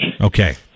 Okay